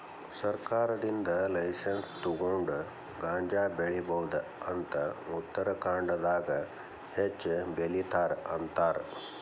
ಸರ್ಕಾರದಿಂದ ಲೈಸನ್ಸ್ ತುಗೊಂಡ ಗಾಂಜಾ ಬೆಳಿಬಹುದ ಅಂತ ಉತ್ತರಖಾಂಡದಾಗ ಹೆಚ್ಚ ಬೆಲಿತಾರ ಅಂತಾರ